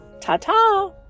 Ta-ta